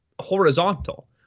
horizontal